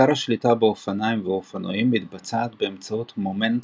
עיקר השליטה באופניים ואופנועים מתבצע באמצעות מומנט